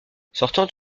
sortant